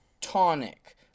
Tonic